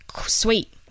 Sweet